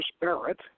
Barrett